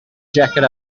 jacket